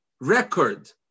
record